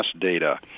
data